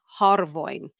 harvoin